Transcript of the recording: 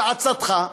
בעצתך,